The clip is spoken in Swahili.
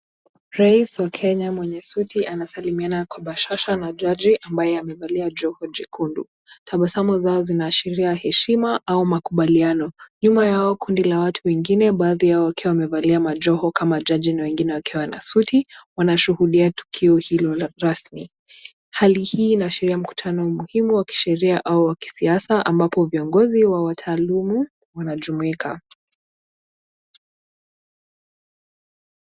Rais wa Kenya mwenye suti anasalimiana kwa bashasha na jaji ambaye amevalia joho jekundu. Tabasamu zao zinaashiria heshima au makubaliano. Nyuma yao kundi la watu wengine baadhi yao wakiwa wamevali majoho kama jaji na wengine wakiwa na suti wanashuhudia tukio hilo la rasmi. Hali hii inashiria mkutano muhimu wa kisheria au wa kisiasa ambapo viongozi wa wataalumu wanajumuika.